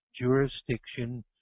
jurisdiction